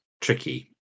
tricky